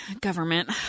government